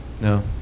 No